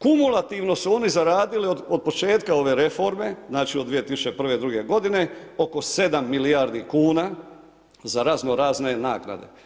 Kumulativno su oni zaradili od početka ove reforme, znači od 2001., 2002. godine oko 7 milijardi kuna za razno-razne naknade.